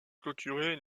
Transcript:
clôturé